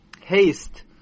haste